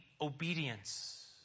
obedience